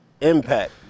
Impact